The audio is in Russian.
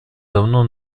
давно